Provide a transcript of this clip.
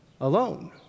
Alone